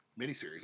miniseries